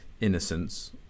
innocence